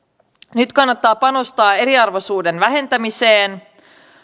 nyt kannattaa panostaa eriarvoisuuden vähentämiseen